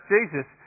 Jesus